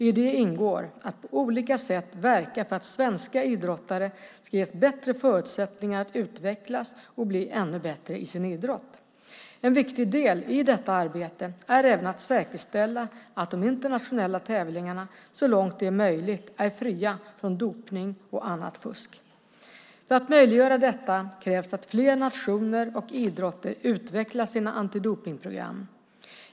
I det ingår att på olika sätt verka för att svenska idrottare ska ges bättre förutsättningar att utvecklas och bli ännu bättre i sin idrott. En viktig del i detta arbete är även att säkerställa att de internationella tävlingarna så långt det är möjligt är fria från dopning och annat fusk. För att möjliggöra detta krävs att fler nationer och idrotter utvecklar sina antidopningsprogram.